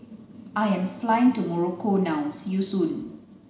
I am flying to Morocco now see you soon